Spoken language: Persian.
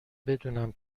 بدونم